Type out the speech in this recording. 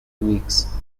weeks